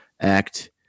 act